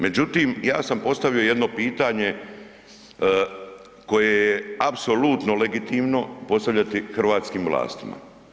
Međutim, ja sam postavio jedno pitanje koje je apsolutno legitimno postavljati hrvatskim vlastima.